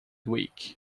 week